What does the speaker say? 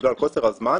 בגלל קוצר הזמן,